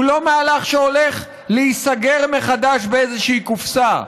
הוא לא מהלך שהולך להיסגר מחדש באיזושהי קופסה.